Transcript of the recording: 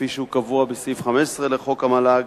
כפי שהוא קבוע בסעיף 15 לחוק המל"ג,